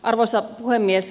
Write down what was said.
arvoisa puhemies